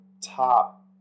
top